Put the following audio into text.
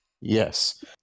Yes